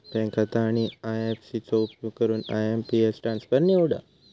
bank खाता आणि IFC चो उपयोग करून आय.एम.पी.एस ट्रान्सफर निवडा